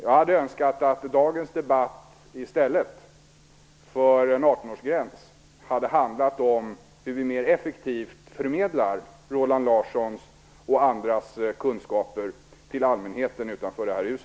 Jag hade önskat att dagens debatt i stället för en 18-årsgräns hade handlat om hur vi mer effektivt förmedlar Roland Larssons och andras kunskaper till allmänheten utanför detta hus.